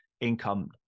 income